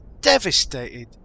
devastated